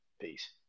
Peace